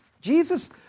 Jesus